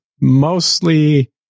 mostly